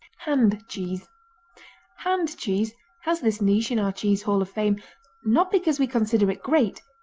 hand cheese hand cheese has this niche in our cheese hall of fame not because we consider it great,